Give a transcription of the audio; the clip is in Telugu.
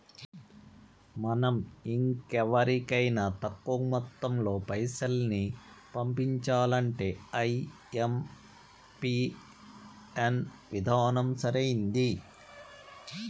మనం ఇంకెవరికైనా తక్కువ మొత్తంలో పైసల్ని పంపించాలంటే ఐఎంపిన్ విధానం సరైంది